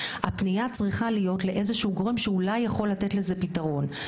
הפנייה צריכה להיות לאיזשהו גורם שאולי יכול לתת לזה פתרון.